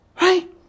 Right